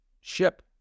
ship